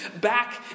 back